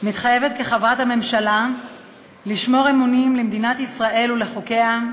מתחייבת כחברת הממשלה לשמור אמונים למדינת ישראל ולחוקיה,